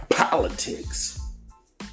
Politics